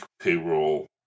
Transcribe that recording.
payroll